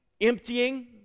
emptying